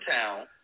town